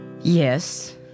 Yes